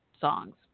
songs